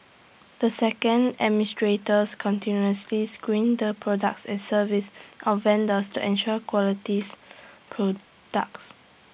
the second administrators continuously screened the products and services of vendors to ensure qualities products